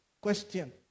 question